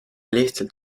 lihtsalt